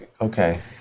Okay